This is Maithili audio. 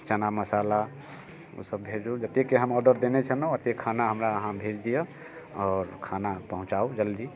चना मसाला ओ सभ भेजु जतेके हम ऑर्डर देने छलहुँ ओते खाना हमरा अहाँ भेज दिअ आओर खाना पहुँचाउ जल्दी